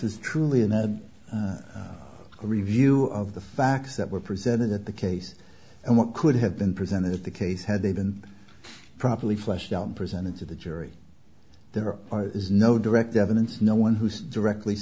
is truly an ad a review of the facts that were presented at the case and what could have been presented if the case had they been properly fleshed out and presented to the jury there is no direct evidence no one who's directly